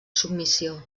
submissió